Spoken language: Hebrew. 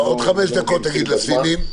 עוד חמש דקות לסינים.